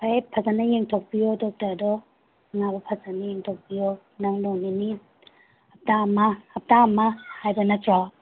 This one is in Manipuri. ꯐꯔꯦ ꯐꯖꯅ ꯌꯦꯡꯊꯣꯛꯄꯤꯌꯣ ꯗꯣꯛꯇꯔꯗꯣ ꯑꯅꯥꯕ ꯐꯖꯅ ꯌꯦꯡꯊꯣꯛꯄꯤꯌꯣ ꯅꯪ ꯅꯣꯡ ꯅꯤꯅꯤ ꯍꯞꯇꯥ ꯑꯃ ꯍꯞꯇꯥ ꯑꯃ ꯍꯥꯏꯕ ꯅꯠꯇ꯭ꯔꯣ